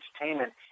entertainment